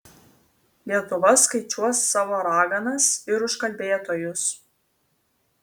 lietuva skaičiuos savo raganas ir užkalbėtojus